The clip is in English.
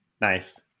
Nice